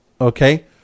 okay